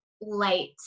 light